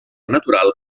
natural